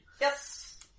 Yes